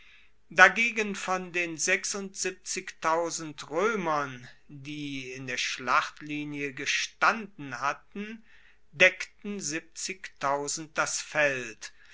dagegen von den roemern die in der schlachtlinie gestanden hatten deckten das feld